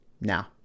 Now